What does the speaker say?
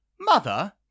Mother